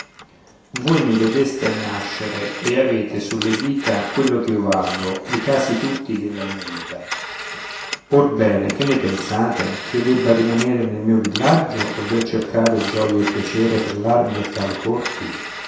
voi mi vedeste a nascere e avete sulle dita quello ch'io valgo e i casi tutti della mia vita or ben che ne pensate ch'io debba rimanere nel mio villaggio ovvero cercar gioia e piacere fra l'armi e fra le corti